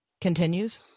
continues